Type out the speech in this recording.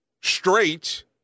straight